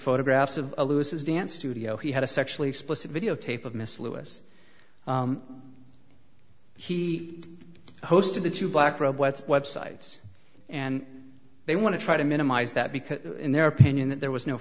photographs of louis dance studio he had a sexually explicit videotape of miss lewis he hosted the two black robe websites and they want to try to minimize that because in their opinion that there was no